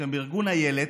שהם בארגון איל"ת,